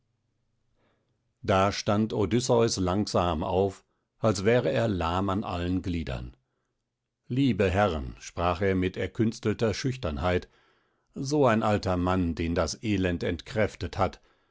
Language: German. da stand odysseus langsam auf als wäre er lahm an allen gliedern liebe herren sprach er mit erkünstelter schüchternheit so ein alter mann den das elend entkräftet hat